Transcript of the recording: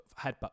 headbutt